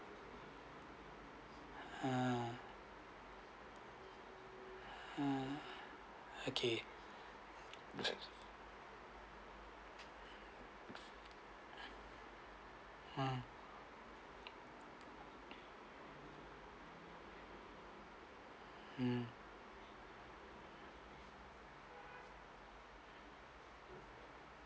ah mm okay mm mm